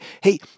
Hey